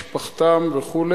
משפחתם וכו',